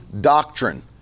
doctrine